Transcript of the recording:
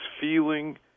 feeling